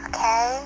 Okay